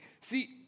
See